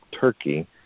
Turkey